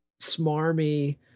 smarmy